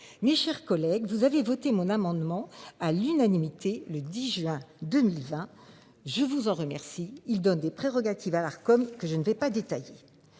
ni chers collègues, vous avez voté mon amendement à l'unanimité le 10 juin 2020. Je vous en remercie. Il donne des prérogatives à l'comme que je ne vais pas détailler.